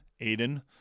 Aiden